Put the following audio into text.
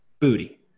booty